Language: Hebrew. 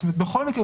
בכל מקרה,